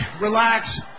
relax